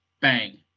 bang